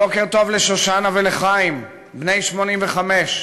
בוקר טוב לשושנה וחיים, בני 85,